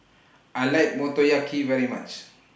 I like Motoyaki very much